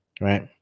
right